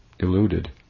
Eluded